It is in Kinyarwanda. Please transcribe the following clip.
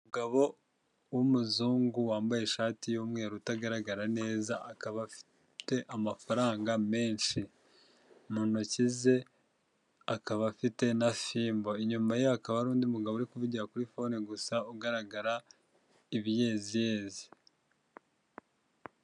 Umugabo w'umuzungu wambaye ishati y'umweru utagaragara neza, akaba afite amafaranga menshi mu ntoki ze, akaba afite na fimbo, inyuma ye hakaba hari undi mugabo uri kuvugira kuri fone gusa ugaragara ibiyeziyezi.